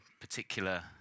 particular